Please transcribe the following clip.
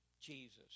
Jesus